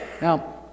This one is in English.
Now